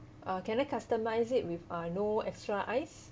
uh can I customize it with uh no extra ice